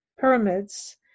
pyramids